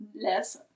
less